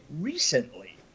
recently